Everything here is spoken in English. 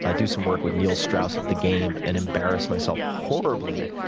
ah do some work with neil strauss of the game and embarrass myself horribly,